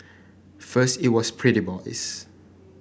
first it was pretty boys